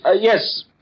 Yes